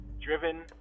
driven